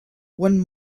one